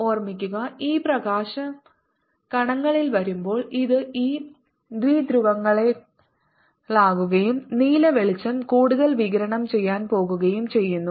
ഓർമ്മിക്കുക ഈ പ്രകാശം കണങ്ങളിൽ വരുമ്പോൾ ഇത് ഈ ദ്വിധ്രുവങ്ങളാക്കുകയും നീല വെളിച്ചം കൂടുതൽ വികിരണം ചെയ്യാൻ പോകുകയും ചെയ്യുന്നു